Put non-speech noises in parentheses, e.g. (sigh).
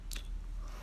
(noise)